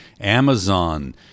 Amazon